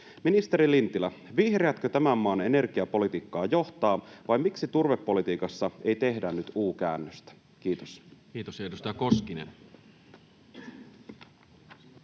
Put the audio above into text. Ministeri Lintilä, vihreätkö tämän maan energiapolitiikkaa johtavat, vai miksi turvepolitiikassa ei tehdä nyt U‑käännöstä? — Kiitos. Kiitos. — Ja edustaja Koskinen.